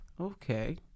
Okay